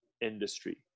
industry